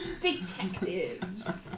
detectives